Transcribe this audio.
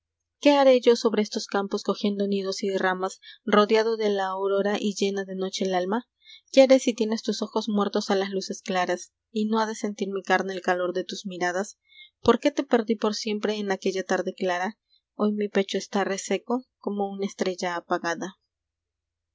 que haré yo sobre estos campos cogiendo nidos y ramas rodeado de la aurora y llena de noche el alma que haré si tienes tus ojos muertos a las luces claras y no ha de sentir mi carne el calor de tus miradas porqué te perdí por siempre en aquella tarde clara hoy mi pecho está reseco como una estrella apagada